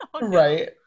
right